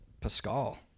Pascal